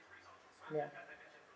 ya